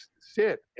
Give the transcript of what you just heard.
sit